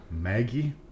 Maggie